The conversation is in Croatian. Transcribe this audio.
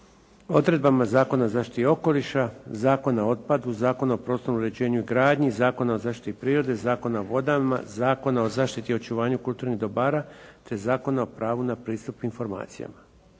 odredbama Zakona o zaštiti okoliša, Zakona o otpadu, Zakona o prostornom uređenju i gradnji, Zakona o zaštiti prirode3, Zakona o vodama, Zakona o zaštiti i očuvanju kulturnih dobara, te Zakona o pravu na pristup informacijama.